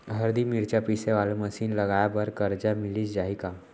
हरदी, मिरचा पीसे वाले मशीन लगाए बर करजा मिलिस जाही का?